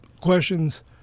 questions